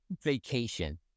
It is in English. vacation